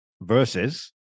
Versus